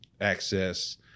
access